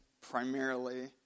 primarily